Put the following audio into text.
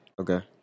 Okay